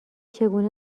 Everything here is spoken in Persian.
چگونه